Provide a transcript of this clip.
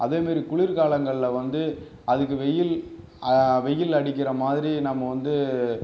அதேமாரி குளிர் காலங்களில் வந்து அதுக்கு வெயில் வெயில் அடிக்கிற மாதிரி நம்ம வந்து